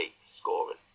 scoring